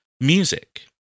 music